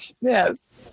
Yes